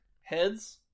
heads